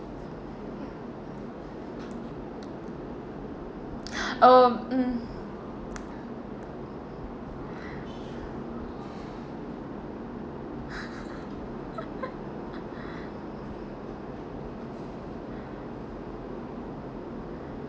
oh mm